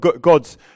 God's